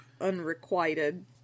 unrequited